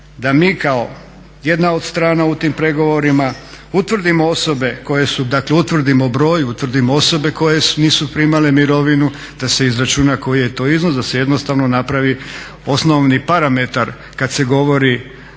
da mi kao jedna od strana u tim pregovorima utvrdimo osobe koje su, dakle utvrdimo broj, utvrdimo osobe koje nisu primale mirovinu da se izračuna koji je to iznos, da se jednostavno napravi osnovni parametar kada se govori